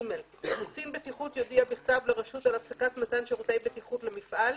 (ג) קצין בטיחות יודיע בכתב לרשות על הפסקת מתן שירותי בטיחות למפעל,